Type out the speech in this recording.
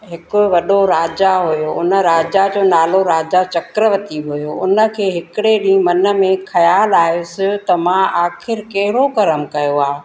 हिकु वॾो राजा हुओ उन राजा जो नालो राजा चक्करवती हुओ उन खे हिकिड़े ॾींहुं मन में ख़्यालु आयुसि त मां आख़िरु कहिड़ो कर्म कयो आहे